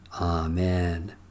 Amen